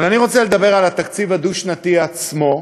אבל אני רוצה לדבר על התקציב הדו-שנתי עצמו,